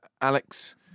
Alex